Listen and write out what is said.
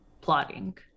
plotting